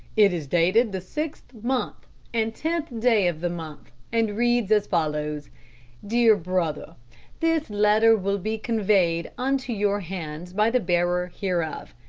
it is dated the sixth month and tenth day of the month, and reads as follows dear brother this letter will be conveyed unto your hands by the bearer hereof.